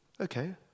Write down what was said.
Okay